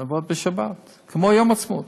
לעבוד בשבת, כמו יום העצמאות,